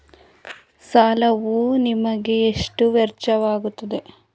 ಸಾಲವು ನಿಮಗೆ ಎಷ್ಟು ವೆಚ್ಚವಾಗುತ್ತದೆ?